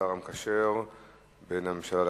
השר המקשר בין הממשלה לכנסת,